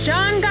John